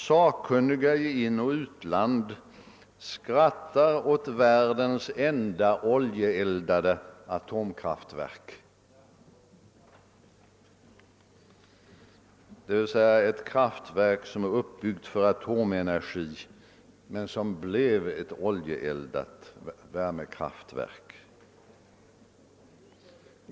Sakkunniga i inoch utland skrattar åt »världens enda oljeeldade atomkraftverk», dvs. ett kraftverk som är uppbyggt för atomenergi men som blivit ett oljeeldat värmekraftverk.